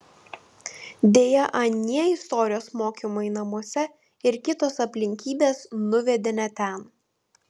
deja anie istorijos mokymai namuose ir kitos aplinkybės nuvedė ne ten